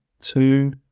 two